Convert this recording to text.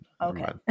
Okay